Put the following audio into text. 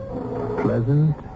pleasant